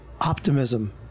optimism